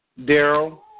Daryl